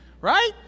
right